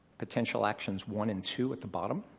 potential actions one and two at the bottom,